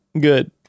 good